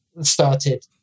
started